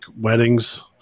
weddings